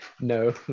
No